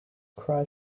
cry